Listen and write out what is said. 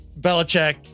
Belichick